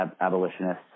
abolitionists